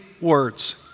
words